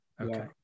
Okay